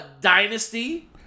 Dynasty